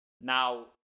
Now